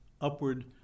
upward